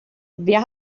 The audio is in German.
wer